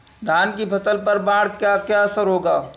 धान की फसल पर बाढ़ का क्या असर होगा?